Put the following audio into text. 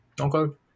Okay